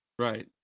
Right